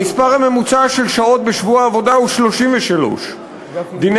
המספר הממוצע של שעות בשבוע עבודה הוא 33. דיני